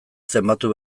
zenbatu